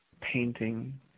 painting